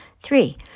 Three